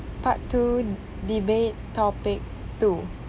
part two debate topic two